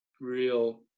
real